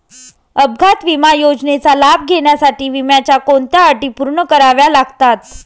अपघात विमा योजनेचा लाभ घेण्यासाठी विम्याच्या कोणत्या अटी पूर्ण कराव्या लागतात?